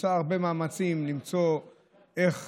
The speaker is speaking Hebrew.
עושה הרבה מאמצים למצוא איך